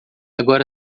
agora